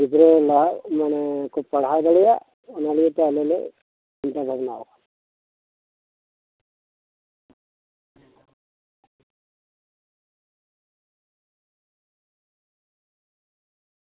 ᱜᱤᱫᱽᱨᱟᱹ ᱠᱚ ᱯᱟᱲᱦᱟᱣ ᱫᱟᱲᱮᱭᱟᱜ ᱚᱱᱟ ᱞᱟᱹᱜᱤᱫ ᱟᱞᱮ ᱞᱮ ᱪᱤᱱᱛᱟᱼᱵᱷᱟᱵᱱᱟᱭᱟ